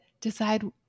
decide